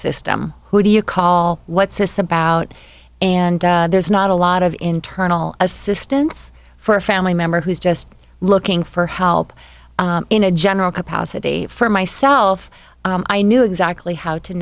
system who do you call what's this about and there's not a lot of internal assistance for a family member who's just looking for help in a general capacity for myself i knew exactly how to